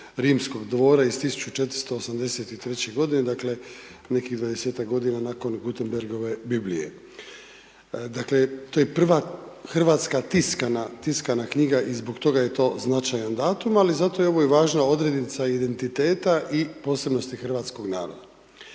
Rimskog dvora iz 1483. g., dakle nekih 20-ak godina nakon Gutenbergove Biblije. Dakle, to je prva hrvatska tiskana knjiga i zbog toga je to značajan datum ali zato je evo i važna odrednica identiteta i posebnosti hrvatskog naroda.